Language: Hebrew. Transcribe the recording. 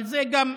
אבל זה גם,